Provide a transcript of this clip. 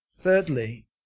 Thirdly